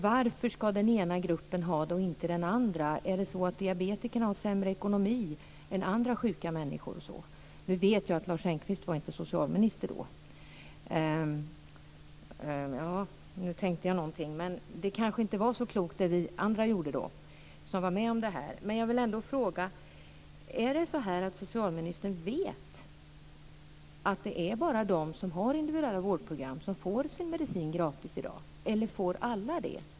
Varför ska den ena gruppen ha det och inte andra? Jag vet att Lars Engqvist inte var socialminister då. Det kanske inte var så klokt det vi, som var med om detta, gjorde då.